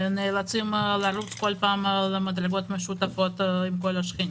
שנאלצים לרוץ בכל פעם במדרגות המשותפות עם כל השכנים,